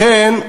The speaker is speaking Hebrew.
לכן,